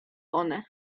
one